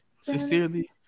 Sincerely